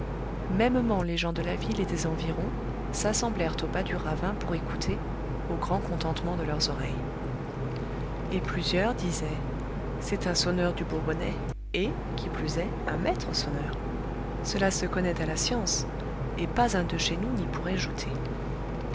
mêmement les gens de la ville et des environs s'assemblèrent au bas du ravin pour écouter au grand contentement de leurs oreilles et plusieurs disaient c'est un sonneur du bourbonnais et qui plus est un maître sonneur cela se connaît à la science et pas un de chez nous n'y pourrait jouter